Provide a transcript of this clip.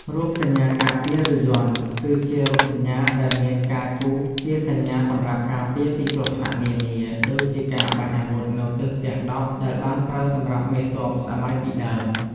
រូបសញ្ញាការពារ ឬ "យ័ន្ត" គឺជារូបសញ្ញាដែលមានការគូរជាសញ្ញាសម្រាប់ការពារពីគ្រោះថ្នាក់នានា ដូចជាការបាញ់អាវុធនៅទិសទាំងដប់ដែលបានប្រើសម្រាប់មេទ័ពសម័យពីដើម។